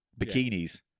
bikinis